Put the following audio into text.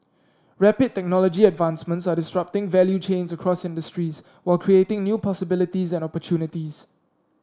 rapid technology advancements are disrupting value chains across industries while creating new possibilities and opportunities